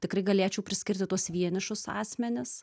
tikrai galėčiau priskirti tuos vienišus asmenis